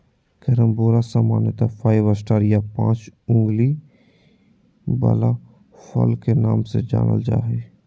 carambola सामान्यत five star या पाँच उंगली वला फल के नाम से जानल जा हय